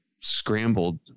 scrambled